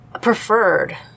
preferred